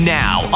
now